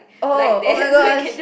oh oh-my-gosh